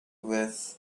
with